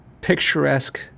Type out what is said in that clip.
picturesque